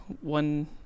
one